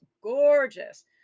Gorgeous